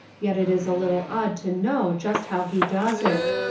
yet it is a little odd to know just how he does it.